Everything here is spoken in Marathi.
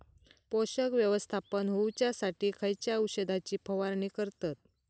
पोषक व्यवस्थापन होऊच्यासाठी खयच्या औषधाची फवारणी करतत?